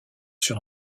sur